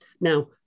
Now